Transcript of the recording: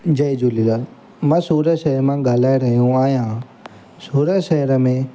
जय झूलेलाल मां सूरत शहर मां ॻाल्हाए रहियो आहियां सूरत शहर में